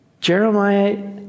Jeremiah